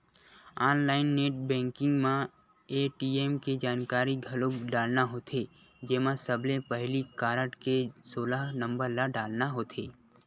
online net banking म ATM के जानकारी घलोक डालना होथे जेमा सबले पहिली कारड के सोलह नंबर ल डालना होथे